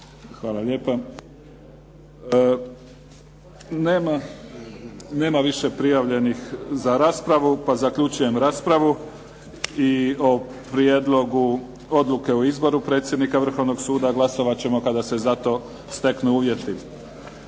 Hvala lijepa. Nema više prijavljenih za raspravu pa zaključujem raspravu o Prijedlogu odluke o izboru predsjednika Vrhovnog suda, a glasovat ćemo kada se za to steknu uvjeti.